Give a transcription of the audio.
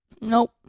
Nope